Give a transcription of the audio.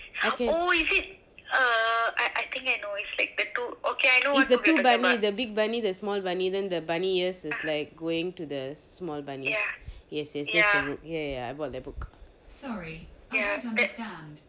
I can is the two bunny the big bunny and the small bunny then the bunny ears are going to the small bunny yes yes thats the book ya ya ya I bought thst book